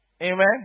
Amen